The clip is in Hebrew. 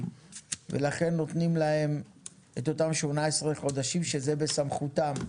ולכן נותנים להם את אותם 18 חודשים שזה בסמכותם,